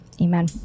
Amen